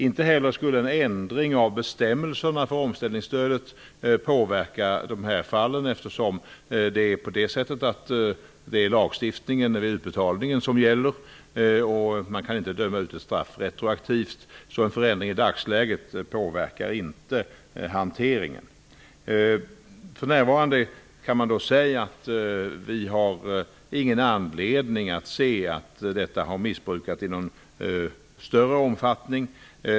Inte heller skulle en ändring av bestämmelserna för omställningsstödet påverka dessa fall, eftersom utbetalningarna gäller och man inte kan döma ut ett straff retroaktivt. En förändring i dagsläget påverkar inte hanteringen. För närvarande har vi ingen anledning att se att detta har missbrukats i någon större omfattning.